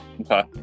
Okay